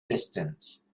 distance